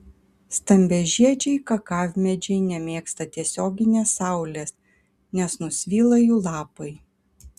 stambiažiedžiai kakavmedžiai nemėgsta tiesioginės saulės nes nusvyla jų lapai